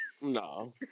No